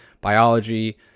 biology